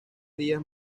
días